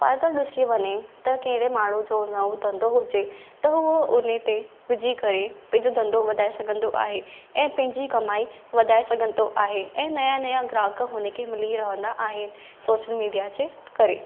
फ़ाइदो ॾिसी वञे त कहिड़े माण्हू जो नओं धंधो हुजे त उहो उन ते विझी करे पंहिंजो धंधो वधाए सघंदो आहे ऐं पंहिंजी कमाई वधाए सघंदो आहे ऐं नया नया ग्राहक हुनखे मिली रहंदा आहिनि सोशल मीडिया जे करे